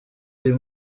uyu